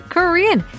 Korean